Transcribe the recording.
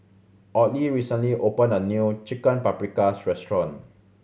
Audley recently opened a new Chicken Paprikas Restaurant